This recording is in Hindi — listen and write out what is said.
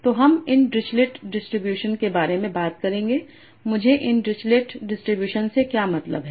तो हम इन डिरिचलेट डिस्ट्रीब्यूशन के बारे में बात करेंगे मुझे इन डिरिचलेट डिस्ट्रीब्यूशन से क्या मतलब है